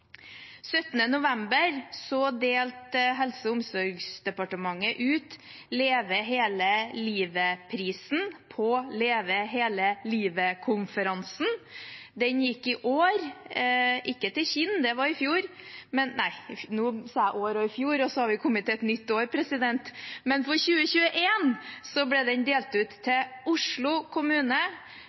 delte Helse og omsorgsdepartementet ut Leve hele livet-prisen på Leve hele livet-konferansen. Den gikk i år ikke til Kinn, det var i fjor – nei, nå sa jeg i år og i fjor, og så har vi kommet til et nytt år. Men for 2021 ble den delt ut til Oslo kommune,